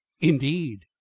indeed